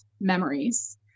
memories